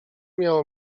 miało